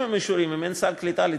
עם האישורים אם אין סל קליטה לצדם?